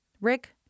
Rick